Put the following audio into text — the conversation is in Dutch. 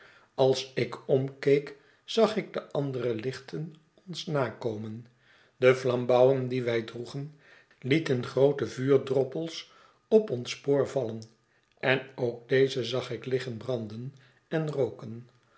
als ik omkeek zag ik de andere lichten ons nakomen de flambouwen die wij droegen lieten groote vuurdroppels op ons spoor vallen en ook deze zag ik liggen branden en rooken